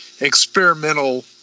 experimental